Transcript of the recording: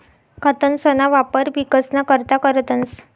खतंसना वापर पिकसना करता करतंस